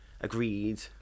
agreed